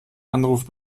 anrufe